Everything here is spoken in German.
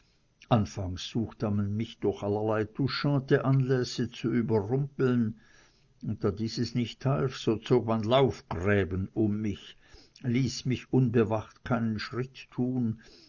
anfangs suchte man mich durch allerlei touchante anlässe zu überrumpeln und da dieses nicht half so zog man laufgräben um mich ließ mich unbewacht keinen schritt tun